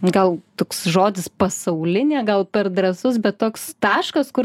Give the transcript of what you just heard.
gal toks žodis pasaulinė gal per drąsus bet toks taškas kur